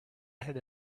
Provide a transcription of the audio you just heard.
ahead